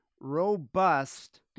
robust